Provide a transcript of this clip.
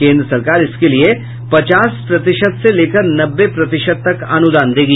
केंद्र सरकार इसके लिये पचास प्रतिशत से लेकर नब्बे प्रतिशत तक अनुदान देगी